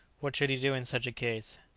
what should he do in such a case?